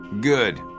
Good